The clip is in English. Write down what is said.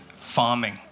farming